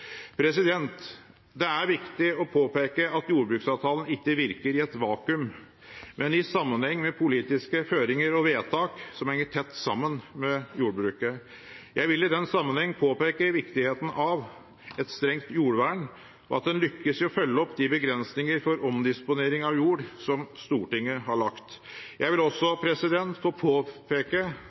retning. Det er viktig å påpeke at jordbruksavtalen ikke virker i et vakuum, men i sammenheng med politiske føringer og vedtak som henger tett sammen med jordbruket. Jeg vil i den sammenheng påpeke viktigheten av et strengt jordvern og at en lykkes i å følge opp de begrensningene for omdisponering av jord som Stortinget har lagt. Jeg vil også få påpeke,